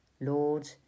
Lord